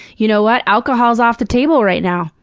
you know what? alcohol's off the table right now.